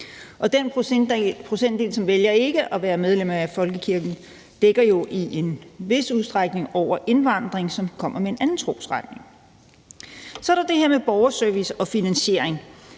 den procentdel, som ikke vælger at være medlem af folkekirken, omfatter jo i en vis udstrækning indvandrere, som kommer med en anden trosretning. Så er der det her med borgerservice og finansiering.